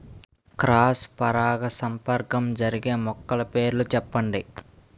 Cross పరాగసంపర్కం జరిగే మొక్కల పేర్లు చెప్పండి?